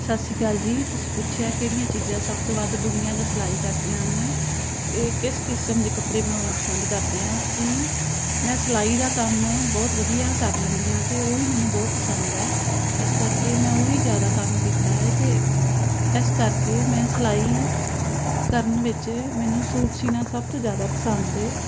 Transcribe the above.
ਸਤਿ ਸ਼੍ਰੀ ਅਕਾਲ ਜੀ ਤੁਸੀਂ ਪੁੱਛਿਆ ਕਿਹੜੀਆਂ ਚੀਜ਼ਾਂ ਸਭ ਤੋਂ ਵੱਧ ਬੁਣੀਆਂ ਜਾਂ ਸਿਲਾਈ ਕਰਦੀਆਂ ਹਨ ਇਹ ਕਿਸ ਕਿਸਮ ਦੇ ਕੱਪੜੇ ਬਣਾਉਣਾ ਪਸੰਦ ਕਰਦੇ ਹਾਂ ਅਸੀਂ ਮੈਂ ਸਿਲਾਈ ਦਾ ਕੰਮ ਬਹੁਤ ਵਧੀਆ ਕਰ ਲੈਂਦੀ ਹਾਂ ਅਤੇ ਉਹ ਹੀ ਮੈਨੂੰ ਬਹੁਤ ਪਸੰਦ ਹੈ ਇਸ ਕਰਕੇ ਮੈਂ ਉਹ ਹੀ ਜ਼ਿਆਦਾ ਕੰਮ ਕੀਤਾ ਹੈ ਅਤੇ ਇਸ ਕਰਕੇ ਮੈਂ ਸਿਲਾਈ ਕਰਨ ਵਿੱਚ ਮੈਨੂੰ ਸੂਟ ਸੀਣਾ ਸਭ ਤੋਂ ਜ਼ਿਆਦਾ ਪਸੰਦ ਹੈ